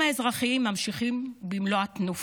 החיים האזרחיים ממשיכים במלוא התנופה.